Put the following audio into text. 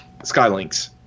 Skylinks